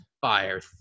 Fire